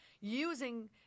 Using